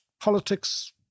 politics